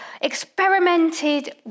experimented